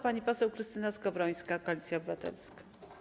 Pani poseł Krystyna Skowrońska, Koalicja Obywatelska.